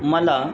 मला